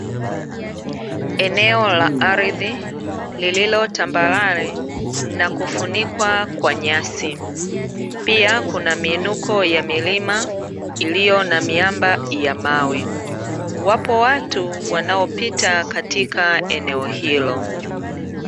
Eneo la ardhi lililo tambare na kufunikwa kwa nyasi, pia kuna miinuko ya milima iliyo na miamba ya mawe. Wapo watu wanaopita katika eneo hilo.